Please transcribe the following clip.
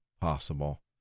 possible